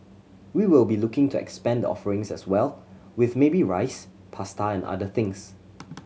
we will be looking to expand the offerings as well with maybe rice pasta and other things